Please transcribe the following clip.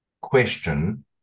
question